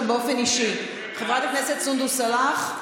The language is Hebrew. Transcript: באופן אישי: חברת הכנסת סונדוס סאלח,